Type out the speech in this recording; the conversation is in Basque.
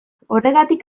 horregatik